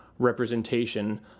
representation